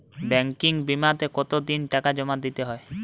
Banking বিমাতে কত দিন টাকা জমা দিতে হয়?